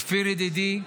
אופיר ידידי,